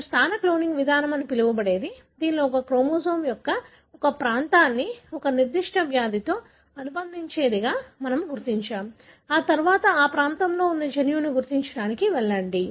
మీరు స్థాన క్లోనింగ్ విధానం అని పిలవబడేది దీనిలో ఒక క్రోమోజోమ్ యొక్క ఒక ప్రాంతాన్ని ఒక నిర్దిష్ట వ్యాధితో అనుబంధించేదిగా మనము గుర్తించాము ఆ తర్వాత ఆ ప్రాంతంలో ఉన్న జన్యువును గుర్తించడానికి వెళ్లండి